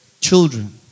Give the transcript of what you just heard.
children